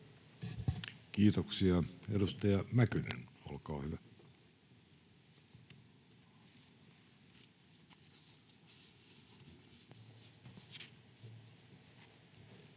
Kiitoksia. — Edustaja Mäkynen, olkaa hyvä.